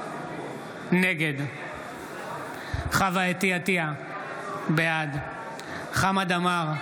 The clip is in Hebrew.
נגד חוה אתי עטייה, בעד חמד עמאר,